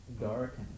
dark